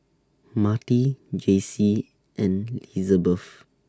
Marti Jaycie and Lizabeth